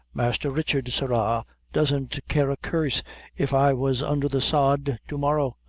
masther richard, sirra, doesn't care a curse if i was under the sod to-morrow,